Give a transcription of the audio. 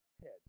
head